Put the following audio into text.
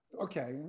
Okay